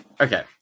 okay